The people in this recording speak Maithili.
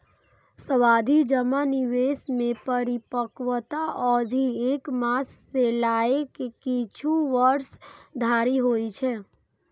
सावाधि जमा निवेश मे परिपक्वता अवधि एक मास सं लए के किछु वर्ष धरि होइ छै